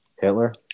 Hitler